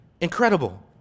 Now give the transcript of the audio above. Incredible